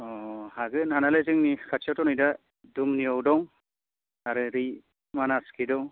अह हागोन हानायालाय जोंनि एसे खाथियावथ' नै दा दुमनियाव दं आरो बै मानासखै दं